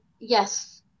yes